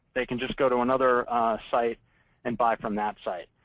they can just go to another site and buy from that site.